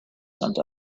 sent